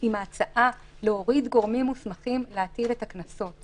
עם ההצעה להוריד גורמים המוסמכים להטיל את הקנסות.